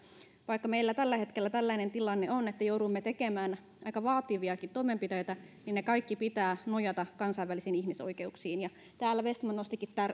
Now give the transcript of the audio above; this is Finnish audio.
vaikka meillä tällä hetkellä tällainen tilanne on että joudumme tekemään aika vaativiakin toimenpiteitä niin niiden kaikkien pitää nojata kansainvälisiin ihmisoikeuksiin täällä vestman nostikin